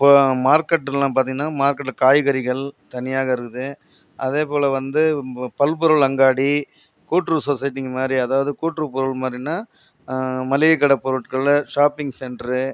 இப்போது மார்க்கெட்லாம் பார்த்திங்கன்னா மார்க்கெட்டில் காய்கறிகள் தனியாக கருதுது அதே போல் வந்து பல்பொருள் அங்காடி கூட்டுறவு சொசைட்டிங்க மாதிரி அதாவது கூட்டுறவு பொருள் மாதிரினா மளிகை கடை பொருட்கள் ஷாப்பிங் சென்ட்ரு